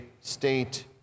state